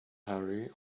harry